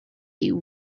you